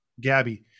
Gabby